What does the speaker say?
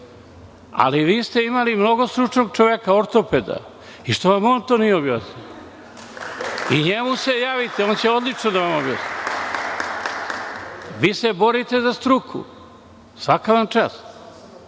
ali vi ste imali mnogo stručnog čoveka, ortopeda. Što vam on to nije objasnio? Njemu se javite, on će odlično da vam objasni. Vi se borite za struku, svaka vam čast.